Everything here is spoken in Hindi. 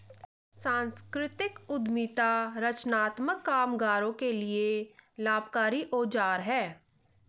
संस्कृति उद्यमिता रचनात्मक कामगारों के लिए लाभकारी औजार है